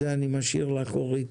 זה אני משאיר לך אורית,